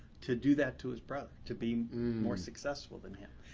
to do that to his brother, to be more successful than him.